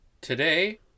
Today